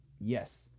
Yes